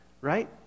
right